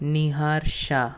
Nihar Shah